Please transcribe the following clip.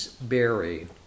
Berry